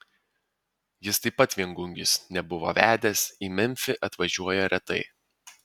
jis taip pat viengungis nebuvo vedęs į memfį atvažiuoja retai